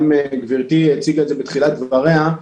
גם גברתי הציגה את זה בתחילת דבריה,